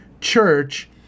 Church